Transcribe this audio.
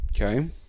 Okay